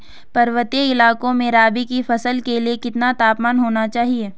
पर्वतीय इलाकों में रबी की फसल के लिए कितना तापमान होना चाहिए?